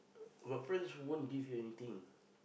but friends won't give you anything